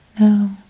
No